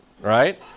right